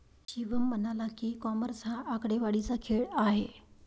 शिवम म्हणाला की, कॉमर्स हा आकडेवारीचा खेळ आहे